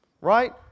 right